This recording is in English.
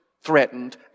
threatened